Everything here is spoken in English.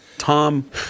Tom